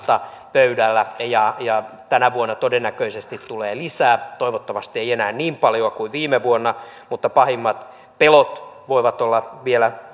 pöydällä ja ja tänä vuonna todennäköisesti tulee lisää toivottavasti ei enää niin paljoa kuin viime vuonna mutta pahimmat pelot voivat olla vielä